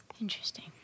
interesting